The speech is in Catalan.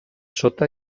sota